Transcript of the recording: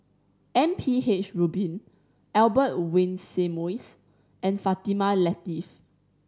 M P H Rubin Albert Winsemius and Fatimah Lateef